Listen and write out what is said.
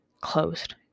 closed